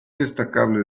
destacable